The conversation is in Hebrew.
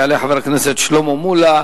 יעלה חבר הכנסת שלמה מולה,